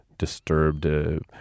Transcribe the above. disturbed